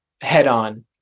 head-on